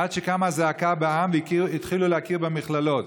עד שקמה זעקה בעם והתחילו להכיר במכללות,